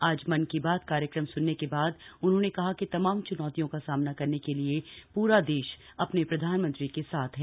आज मन की बात कार्यक्रम सुनने के बाद उन्होंने कहा कि तमाम चुनौतियों का सामना करने के लिए पूरा देश अपने प्रधानमंत्री के साथ है